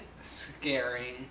scary